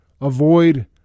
Avoid